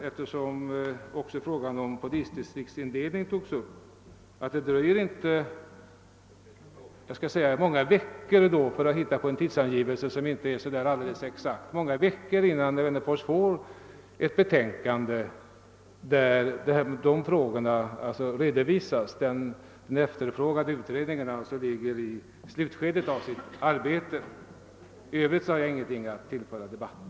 Eftersom polisdistriktsindelningen också togs upp vill jag framhålla att det inte dröjer så många veckor, för att nu komma med en tidsangivelse som inte är så där alldeles exakt, innan herr Wennerfors får möjlighet ta del av ett betänkande där frågan behandlas. Den efterfrågade utredningen håller alltså på att slutföra sitt arbete. I övrigt har jag inget att tillföra debatten.